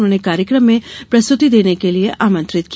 उन्हें कार्यक्रम में प्रस्तुति देने के लिये आमंत्रित किया